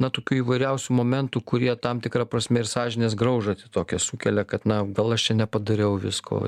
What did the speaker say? na tokių įvairiausių momentų kurie tam tikra prasme ir sąžinės graužatį tokią sukelia kad na gal aš čia nepadariau visko